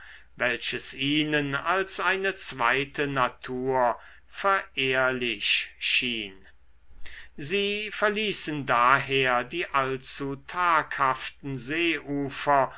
welches ihnen als eine zweite natur verehrlich schien sie verließen daher die allzu taghaften seeufer